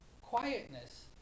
quietness